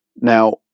Now